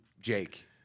Jake